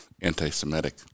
anti-Semitic